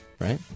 right